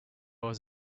was